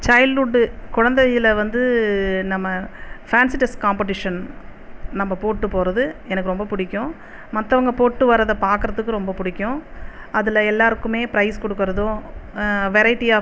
childhood குழந்தையில வந்து நம்ம ஃபேன்ஸி ட்ரெஸ் காம்ப்படிஷன் நம்ம போட்டுப் போகிறது எனக்கு ரொம்ப பிடிக்கும் மற்றவுங்க போட்டு வரதை பார்க்கறதுக்கும் ரொம்ப பிடிக்கும் அதில் எல்லாேருக்குமே ப்ரைஸ் கொடுக்கிறதும் வெரைட்டி ஆஃப்